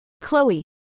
Chloe